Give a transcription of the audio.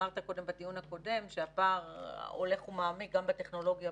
אמרת קודם בדיון הקודם שהפער הולך ומעמיק גם בטכנולוגיה.